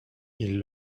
ils